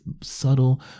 subtle